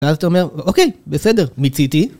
ואז אתה אומר, אוקיי, בסדר, מציתי